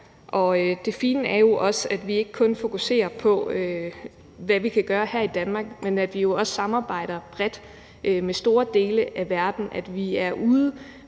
Det fine er jo også, at vi ikke kun fokuserer på, hvad vi kan gøre her i Danmark, men at vi også samarbejder bredt med store dele af verden,